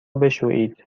بشویید